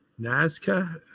nazca